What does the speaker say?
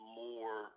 more